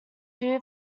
two